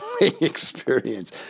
experience